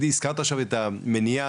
הזכרת עכשיו את המניעה,